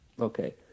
Okay